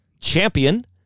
champion